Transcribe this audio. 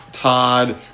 Todd